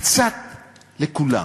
קצת לכולם.